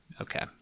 Okay